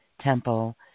temple